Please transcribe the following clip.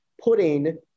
putting